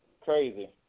Crazy